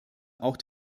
auch